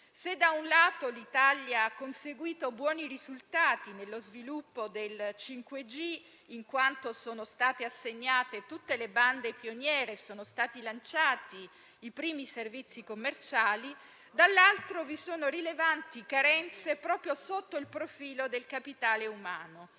Se da un lato l'Italia ha conseguito buoni risultati nello sviluppo del 5G in quanto sono state assegnate tutte le bande pioniere e sono stati lanciati i primi servizi commerciali, dall'altro vi sono rilevanti carenze proprio sotto il profilo del capitale umano.